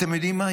אתם יודעים מה?